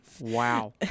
wow